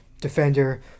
defender